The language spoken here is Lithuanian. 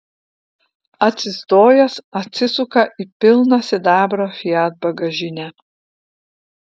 atsistojęs atsisuka į pilną sidabro fiat bagažinę